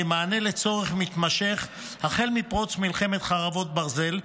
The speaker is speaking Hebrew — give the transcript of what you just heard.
כמענה לצורך מתמשך החל מפרוץ מלחמת חרבות ברזל,